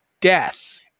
death